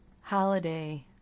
holiday